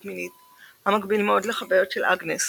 מינית המקביל מאוד לחוויות של אגנס,